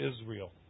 Israel